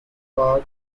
park